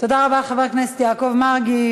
תודה רבה לחבר הכנסת יעקב מרגי.